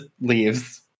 leaves